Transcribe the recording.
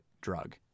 drug